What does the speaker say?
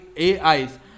AIs